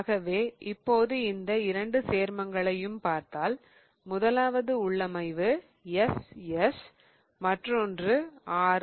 ஆகவே இப்போது இந்த இரண்டு சேர்மங்களையும் பார்த்தால் முதலாவது உள்ளமைவு SS மற்றொன்று RR